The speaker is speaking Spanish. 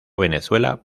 venezuela